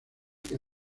the